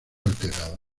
alterada